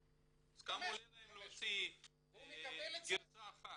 עולה להם להוציא גירסה אחת?